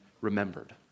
remembered